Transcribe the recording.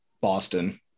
Boston